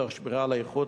תוך שמירה על איכות,